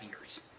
years